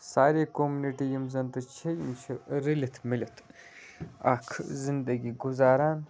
سارے کوٚمنٹِۍ یِم زَن تہٕ چھِ یِم چھِ رٔلِتھ مِلِتھ اَکھ زندگی گُزاران